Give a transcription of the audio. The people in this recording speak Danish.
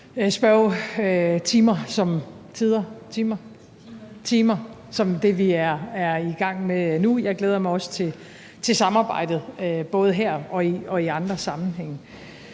spørgetimer som den, vi er i gang med nu. Jeg glæder mig også til samarbejdet både her og i andre sammenhænge.